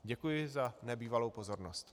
Děkuji za nebývalou pozornost.